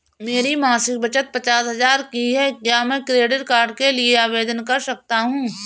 मेरी मासिक बचत पचास हजार की है क्या मैं क्रेडिट कार्ड के लिए आवेदन कर सकता हूँ?